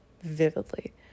vividly